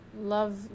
love